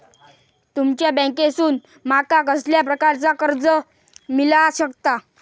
तुमच्या बँकेसून माका कसल्या प्रकारचा कर्ज मिला शकता?